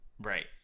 Right